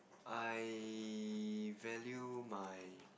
I value my